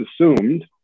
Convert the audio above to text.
assumed